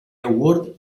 award